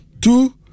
two